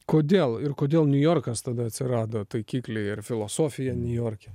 kodėl ir kodėl niujorkas tada atsirado taikikly ir filosofija niujorke